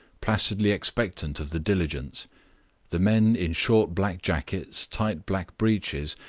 placidly expectant of the diligence the men in short black jackets, tight black breeches,